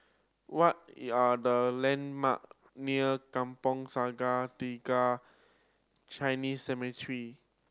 what are the landmark near Kampong Sungai Tiga Chinese Cemetery